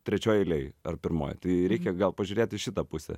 trečioj eilėj ar pirmoj tai reikia gal pažiūrėt į šitą pusę